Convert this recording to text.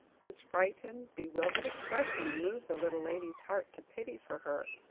whose frightened, bewildered expression moved the little lady's heart to pity for her,